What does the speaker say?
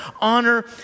honor